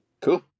Cool